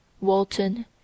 Walton